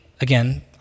again